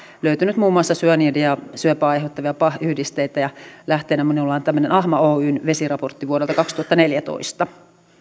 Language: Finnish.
löytynyt muun muassa syanidia ja syöpää aiheuttavia pah yhdisteitä ja lähteenä minulla on tämmöinen ahma oyn vesiraportti vuodelta kaksituhattaneljätoista